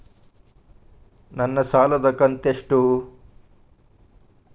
ನನ್ನ ಸಾಲದು ಕಂತ್ಯಷ್ಟು?